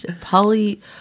poly